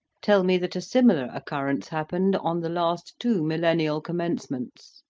tell me that a similar occurrence happened on the last two millennial commencements.